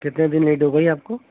کتنے دن لیٹ ہو گئی ہے آپ کو